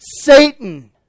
Satan